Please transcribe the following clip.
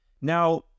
Now